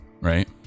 right